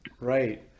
right